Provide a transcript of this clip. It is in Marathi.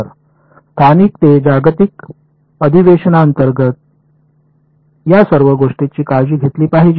तर स्थानिक ते जागतिक अधिवेशनांतर्गत या सर्व गोष्टींची काळजी घेतली जाते